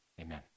amen